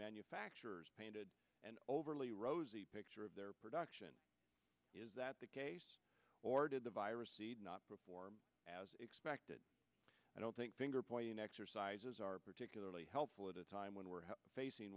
manufacturers painted an overly rosy picture of their production is that or did the virus not perform as expected i don't think fingerpointing exercises are particularly helpful at a time when we're facing